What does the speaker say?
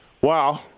Wow